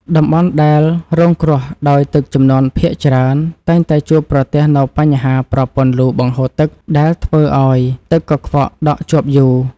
តំបន់ដែលរងគ្រោះដោយទឹកជំនន់ភាគច្រើនតែងតែជួបប្រទះនូវបញ្ហាប្រព័ន្ធលូបង្ហូរទឹកដែលធ្វើឱ្យទឹកកខ្វក់ដក់ជាប់យូរ។